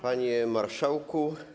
Panie Marszałku!